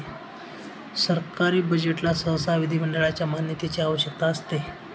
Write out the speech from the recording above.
सरकारी बजेटला सहसा विधिमंडळाच्या मान्यतेची आवश्यकता असते